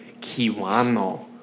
kiwano